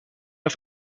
auf